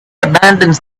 abandons